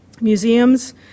Museums